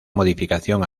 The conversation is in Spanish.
modificación